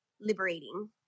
liberating